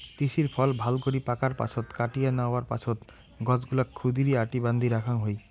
তিসির ফল ভালকরি পাকার পাছত কাটিয়া ন্যাওয়ার পাছত গছগুলাক ক্ষুদিরী আটি বান্ধি রাখাং হই